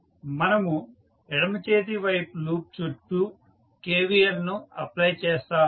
మనము ఎడమ చేతి వైపు లూప్ చుట్టూ KVL ను అప్లై చేస్తాము